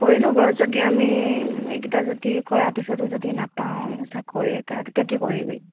কৰিলোঁ বাৰু যদি আমি এইগিটা যদি কৰা পিছতো যদি নাপাওঁ চাকৰি এটা তেতিয়া কি কৰিবি